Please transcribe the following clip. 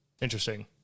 Interesting